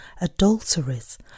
adulteries